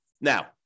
Now